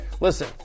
Listen